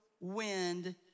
wind